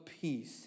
Peace